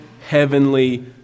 heavenly